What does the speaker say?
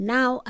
Now